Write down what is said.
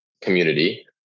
community